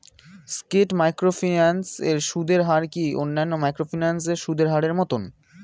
স্কেট microfinance এর সুদের হার কি অন্যান্য মাইক্রোফিন্যান্স এর সুদের হারের মতন?